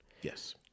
Yes